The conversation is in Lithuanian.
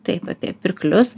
taip apie pirklius